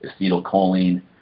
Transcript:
acetylcholine